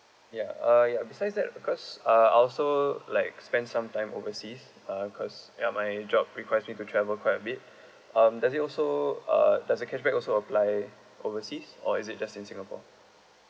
ya uh ya besides that because uh I also like spend some time overseas uh because ya my job request me to travel quite a bit um does it also uh does the cashback also apply overseas or is it just in singapore